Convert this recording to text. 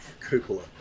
cupola